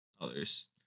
others